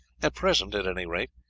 at present, at any rate,